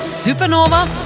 Supernova